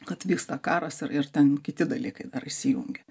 kad vyksta karas ir ir ten kiti dalykai dar įsijungia